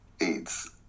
AIDS